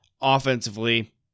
Offensively